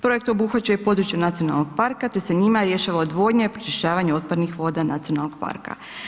Projekt obuhvaća i područje nacionalnog parka te se njima rješava odvodnja i pročišćavanje otpadnih voda nacionalnog parka.